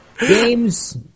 games